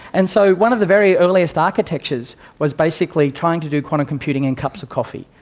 and so one of the very earliest architectures was basically trying to do quantum computing in cups of coffee.